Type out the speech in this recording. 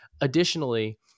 Additionally